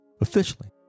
officially